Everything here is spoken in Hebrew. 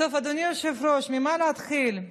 אדוני היושב-ראש, ממה להתחיל?